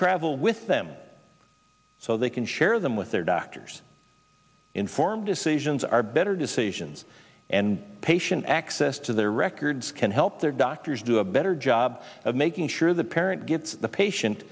travel with them so they can share them with their doctors informed decisions are better decisions and patient access to their records can help their doctors do a better job of making sure the parent gets the patient